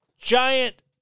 giant